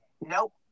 nope